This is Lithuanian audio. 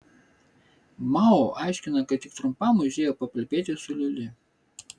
mao aiškina kad tik trumpam užėjo paplepėti su lili